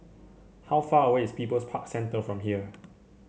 how far away is People's Park Centre from here